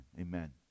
Amen